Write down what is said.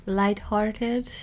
light-hearted